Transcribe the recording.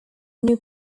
new